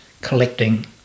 collecting